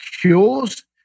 cures